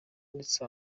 ndetse